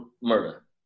murder